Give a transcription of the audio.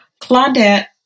Claudette